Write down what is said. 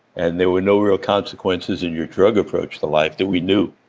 and there were no real consequences in your drug approach to life, that we knew,